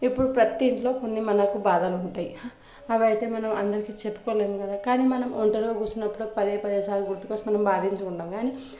ఇప్పుడు ప్రతి ఇంట్లో కొన్ని మనకు బాధలుంటాయి అవైతే మన అందరికీ చెప్పుకోలేం కదా కానీ మనం ఒంటరిగా కూసున్నప్పుడు పదేపదే సార్లు గుర్తుకొచ్చుకొని మనం భాధించుకుంటాం కానీ